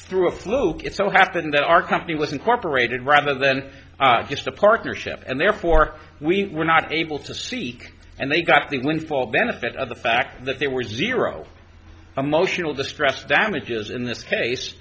through a fluke it so happened that our company was incorporated rather than just a partnership and therefore we were not able to seek and they got the windfall benefit of the fact that there were zero emotional distress damages in this case